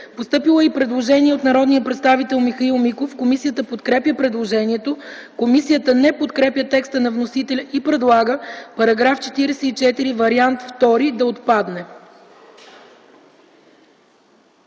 По § 77 има предложение от народния представител Михаил Миков. Комисията подкрепя предложението. Комисията не подкрепя текста на вносителя и предлага § 77 да отпадне.